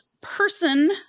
person